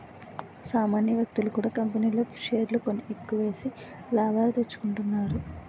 సామాన్య వ్యక్తులు కూడా కంపెనీల్లో షేర్లు కొని ఎక్కువేసి లాభాలు తెచ్చుకుంటున్నారు